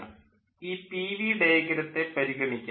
നമുക്ക് ഈ P V ഡയഗ്രത്തെ പരിഗണിക്കാം